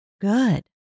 good